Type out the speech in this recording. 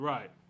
Right